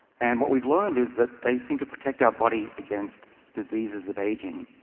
and what we've learned is that they seem to protect our body against diseases of aging.